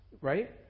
right